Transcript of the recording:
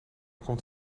komt